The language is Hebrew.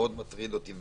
שמטריד אותי מאוד,